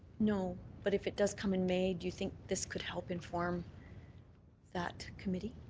no. but if it does come in may, do you think this could help inform that committee?